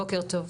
בוקר טוב.